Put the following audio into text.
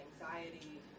anxiety